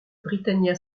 britannia